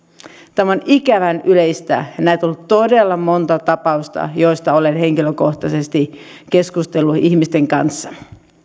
tämä on ikävän yleistä ja näitä on ollut todella monta tapausta joista olen henkilökohtaisesti keskustellut ihmisten kanssa